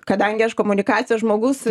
kadangi aš komunikacijos žmogus